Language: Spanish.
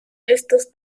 estos